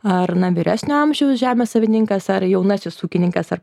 ar na vyresnio amžiaus žemės savininkas ar jaunasis ūkininkas ar